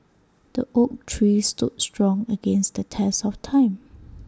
the oak tree stood strong against the test of time